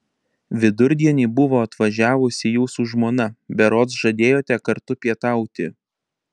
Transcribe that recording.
vidurdienį buvo atvažiavusi jūsų žmona berods žadėjote kartu pietauti